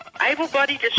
Able-bodied